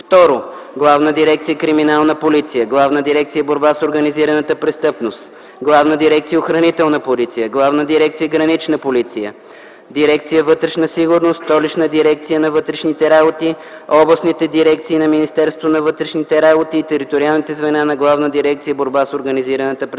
2. Главна дирекция „Криминална полиция”, Главна дирекция „Борба с организираната престъпност”, Главна дирекция „Охранителна полиция”, Главна дирекция „Гранична полиция”, дирекция „Вътрешна сигурност”, Столична дирекция на вътрешните работи, областните дирекции на Министерството на вътрешните работи и териториалните звена на Главна дирекция „Борба с организираната престъпност”;